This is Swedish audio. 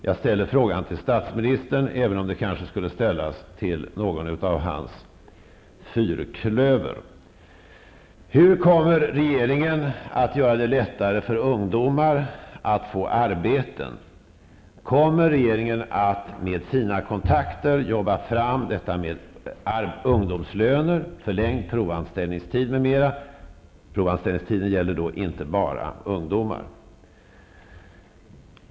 Jag ställer frågan till statsministern, även om den kanske skulle ställas till någon i hans fyrklöver. Hur kommer regeringen att göra det lättare för ungdomar att få arbeten? Kommer regeringen att med sina kontakter jobba fram ett system med ungdomslöner, förlängd provanställningstid, som då inte bara gäller ungdomar, m.m.?